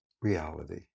reality